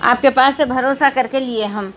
آپ کے پاس سے بھروسہ کر کے لیے ہم